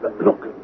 Look